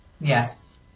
Yes